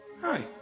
Hi